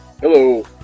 Hello